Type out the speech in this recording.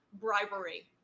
bribery